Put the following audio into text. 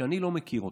שאני לא מכיר אותו.